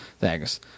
Thanks